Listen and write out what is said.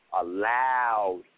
Allowed